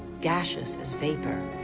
gaseous as vapor,